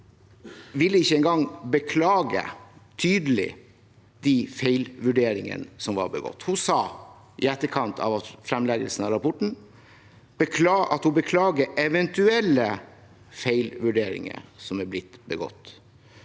PST ville ikke engang beklage tydelig de feilvurderingene som ble begått. Hun sa i etterkant av fremleggelsen av rapporten at hun beklaget eventuelle feilvurderinger som er blitt begått.